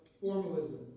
formalism